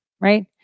right